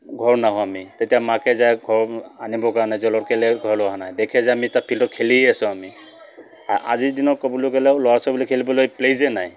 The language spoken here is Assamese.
ঘৰ নাহোঁ আমি তেতিয়া মাকে যায় ঘৰ আনিবৰ কাৰণে যে লৰ কেলে ঘৰলৈ অহা নাই দেখে যে আমি তাত ফিল্ডত খেলিয়ে আছোঁ আমি আজিৰ দিনত ক'বলৈ গ'লে ল'ৰা ছোৱালীবোৰে খেলিবলৈ প্লেইছে নাই